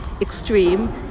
extreme